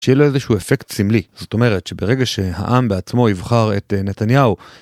שיהיה לו איזה שהוא אפקט סמלי זאת אומרת שברגע שהעם בעצמו יבחר את נתניהו.